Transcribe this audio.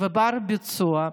ובנות ביצוע,